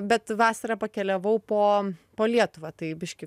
bet vasarą pakeliavau po po lietuvą tai biškį